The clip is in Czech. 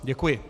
Děkuji.